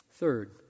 Third